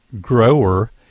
grower